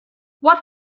what